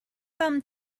thumb